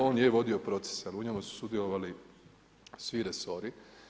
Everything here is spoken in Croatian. On je vodio proces, ali u njemu su sudjelovali svi resori.